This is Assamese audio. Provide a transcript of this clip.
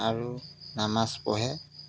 আৰু নামাজ পঢ়ে